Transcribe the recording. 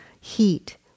heat